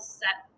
set